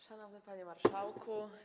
Szanowny Panie Marszałku!